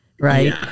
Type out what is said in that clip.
right